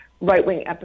right-wing